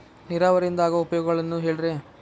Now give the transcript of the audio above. ನೇರಾವರಿಯಿಂದ ಆಗೋ ಉಪಯೋಗಗಳನ್ನು ಹೇಳ್ರಿ